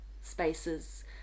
spaces